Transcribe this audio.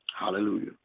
Hallelujah